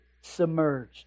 submerged